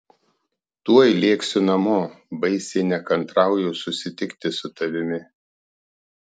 tuoj lėksiu namo baisiai nekantrauju susitikti su tavimi